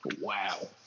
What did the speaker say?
Wow